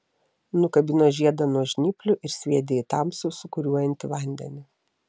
nukabino žiedą nuo žnyplių ir sviedė į tamsų sūkuriuojantį vandenį